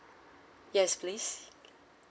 yes please